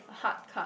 a hard card